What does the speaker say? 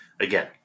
again